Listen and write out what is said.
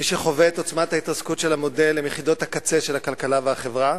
מי שחווה את עוצמת ההתרסקות של המודל זה יחידות הקצה של הכלכלה והחברה,